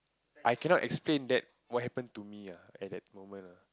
I cannot explain that what happen to me ah at that moment ah